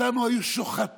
אותנו היו שוחטים,